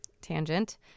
tangent